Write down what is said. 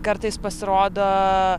kartais pasirodo